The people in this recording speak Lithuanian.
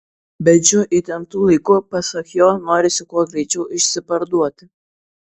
bet šiuo įtemptu laiku pasak jo norisi kuo greičiau išsiparduoti